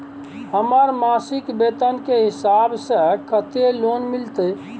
हमर मासिक वेतन के हिसाब स कत्ते लोन मिलते?